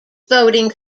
voting